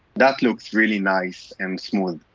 that looks really nice and smooth.